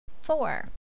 Four